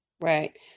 Right